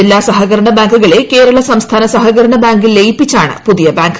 ജില്ലാ സഹകരണ ബാങ്കുകളെ കേരള സംസ്ഥാന സഹകരണ ബാങ്കിൽ ലയിപ്പിച്ചാണ് പുതിയ ബാങ്ക്